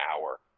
hour